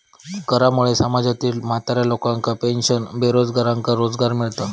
करामुळे समाजातील म्हाताऱ्या लोकांका पेन्शन, बेरोजगारांका रोजगार मिळता